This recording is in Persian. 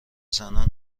زنان